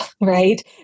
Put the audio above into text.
right